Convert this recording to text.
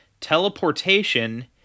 Teleportation